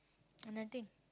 uh nothing